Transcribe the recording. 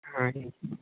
ਹਾਂਜੀ